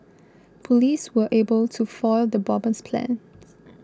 police were able to foil the bomber's plans